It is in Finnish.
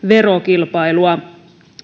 verokilpailua